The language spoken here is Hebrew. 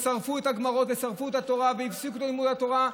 ושרפו את הגמרות ושרפו את התורה והפסיקו את לימוד התורה,